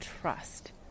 trust